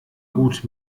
gut